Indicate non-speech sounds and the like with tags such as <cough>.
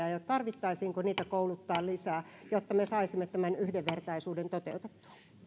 <unintelligible> ja ja tarvitsisiko niitä kouluttaa lisää jotta me saisimme tämän yhdenvertaisuuden toteutettua